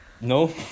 No